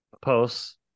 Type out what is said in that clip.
Posts